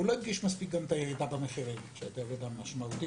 הוא לא הדגיש מספיק את הירידה במחירים שירדו משמעותית.